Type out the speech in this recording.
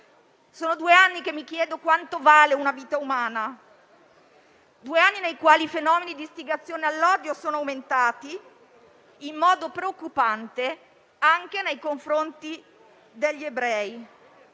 Sono due anni che mi chiedo quanto valga una vita umana; due anni nei quali i fenomeni di istigazione all'odio sono aumentati in modo preoccupante anche nei confronti degli ebrei.